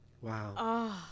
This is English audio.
Wow